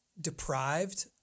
deprived